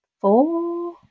four